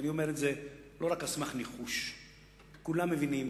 ואני אומר את זה לא רק על סמך ניחוש כולם מבינים